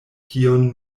kion